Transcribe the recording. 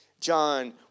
John